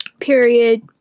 Period